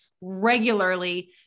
regularly